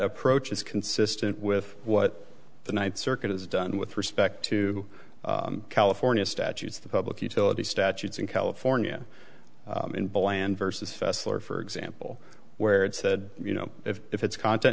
approach is consistent with what the ninth circuit has done with respect to california statutes the public utility statutes in california in bland versus fessler for example where it said you know if it's content